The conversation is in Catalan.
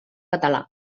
català